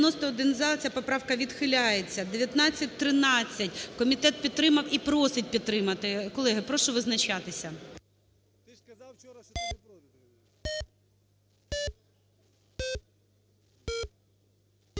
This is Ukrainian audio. За-91 91 – за. Ця поправка відхиляється. 1913. Комітет підтримав і просить підтримати. Колеги, прошу визначатися.